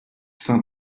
saint